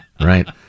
right